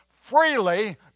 freely